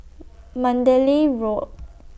Mandalay Road